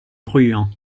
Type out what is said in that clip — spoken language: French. bruyant